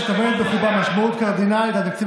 שטומנת בחובה משמעות קרדינלית על תקציב